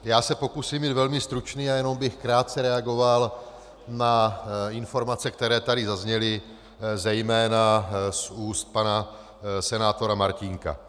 Já se pokusím být velmi stručný a jenom bych krátce reagoval na informace, které tady zazněly zejména z úst pana senátora Martínka.